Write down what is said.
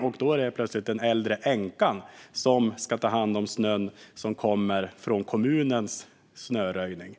och då är det plötsligt den äldre änkan som ska ta hand om snön som kommer från kommunens snöröjning.